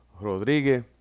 Rodríguez